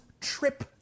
trip